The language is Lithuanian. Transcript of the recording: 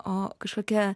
o kažkokia